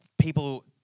people